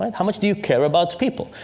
um how much do you care about people?